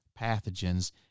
pathogens